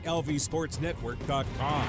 lvsportsnetwork.com